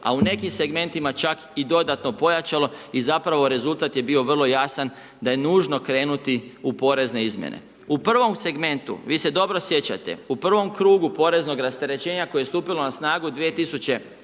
A u nekim segmentima čak i dodatno pojačalo i zapravo rezultat je bio vrlo jasan da je nužno krenuti u porezne izmjene. U prvom segmentu, vi se dobro sjećate, u prvom krugu poreznog rasterećenja koje je stupilo na snagu 2017.